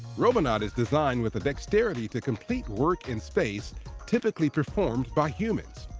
robonaut is designed with the dexterity to complete work in space typically performed by humans.